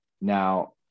now